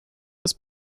des